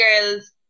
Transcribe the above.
girls